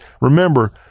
Remember